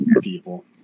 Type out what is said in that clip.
people